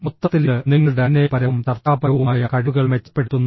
മൊത്തത്തിൽ ഇത് നിങ്ങളുടെ അനുനയപരവും ചർച്ചാപരവുമായ കഴിവുകൾ മെച്ചപ്പെടുത്തുന്നു